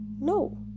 no